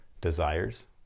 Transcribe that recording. desires